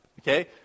okay